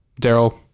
Daryl